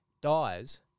dies